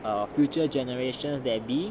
a future generations that would be